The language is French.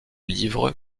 livres